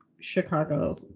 Chicago